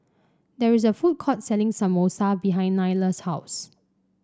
there is a food court selling Samosa behind Nylah's house